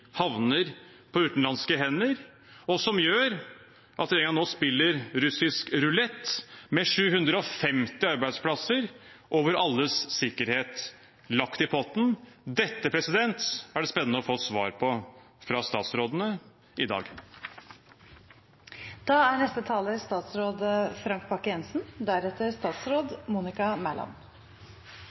havner på utenlandske hender, og som gjør at regjeringen nå spiller russisk rulett med 750 arbeidsplasser og vår alles sikkerhet lagt i potten? Dette er det spennende å få svar på fra statsrådene i dag.